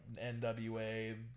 nwa